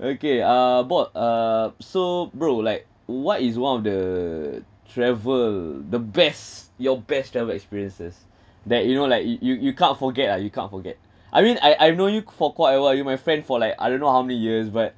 okay uh bot uh so bro like what is one of the travel the best your best travel experiences that you know like you you you can't forget lah you can't forget I mean I I know you for quite awhile you my friend for like I don't know how many years but